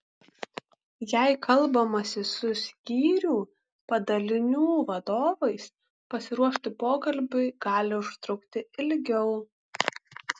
jei kalbamasi su skyrių padalinių vadovais pasiruošti pokalbiui gali užtrukti ilgiau